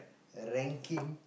a ranking